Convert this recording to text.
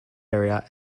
area